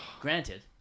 Granted